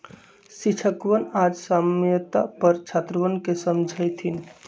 शिक्षकवन आज साम्यता पर छात्रवन के समझय थिन